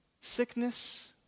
sickness